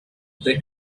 they